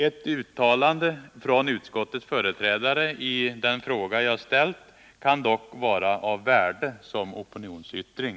Ett uttalande från utskottets företrädare med anledning av den fråga jag ställt kan dock vara av värde som opinionsyttring.